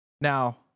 now